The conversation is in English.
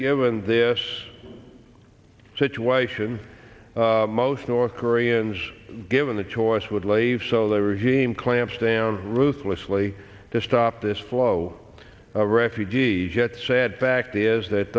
given this situation most north koreans given the choice would leave so they regime clamps down ruthlessly to stop this flow of refugees yet sad fact is that